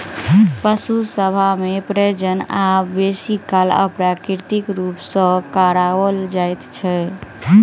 पशु सभ मे प्रजनन आब बेसी काल अप्राकृतिक रूप सॅ कराओल जाइत छै